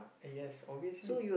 ah yes obviously